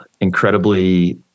incredibly